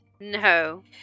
No